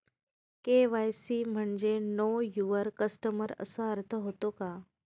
KYC म्हणजे know your customer असा अर्थ होतो का?